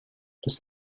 das